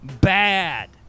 Bad